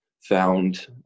found